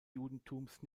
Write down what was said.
judentums